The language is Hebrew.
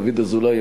דוד אזולאי,